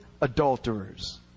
adulterers